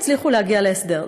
יצליחו להגיע להסדר.